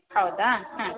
ಹೌದಾ ಹ್ಞೂ